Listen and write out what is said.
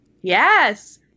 Yes